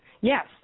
yes